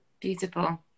Beautiful